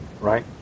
right